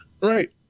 Right